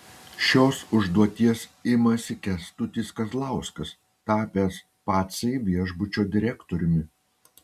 šios užduoties imasi kęstutis kazlauskas tapęs pacai viešbučio direktoriumi